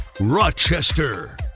Rochester